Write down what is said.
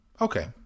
Okay